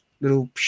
little